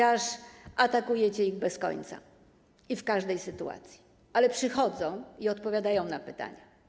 Atakujecie ich bez końca i w każdej sytuacji, ale przychodzą i odpowiadają na pytania.